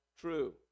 true